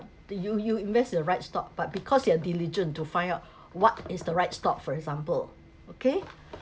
you you invest the right stock but because you are diligent to find out what is the right stock for example okay